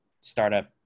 startup